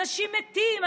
אנשים מתים,